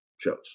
shows